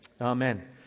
Amen